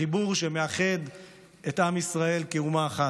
החיבור שמאחד את עם ישראל כאומה אחת.